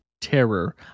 Terror